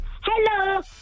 Hello